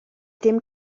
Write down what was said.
dim